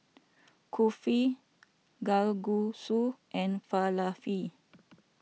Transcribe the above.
Kulfi Kalguksu and Falafel